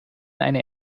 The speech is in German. eine